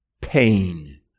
pain